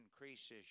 increases